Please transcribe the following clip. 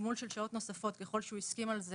גמול של שעות נוספות ככל שהוא הסכים על כך